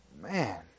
Man